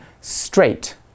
straight